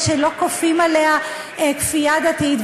שלא כופים עליה כפייה דתית.